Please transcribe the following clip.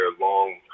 long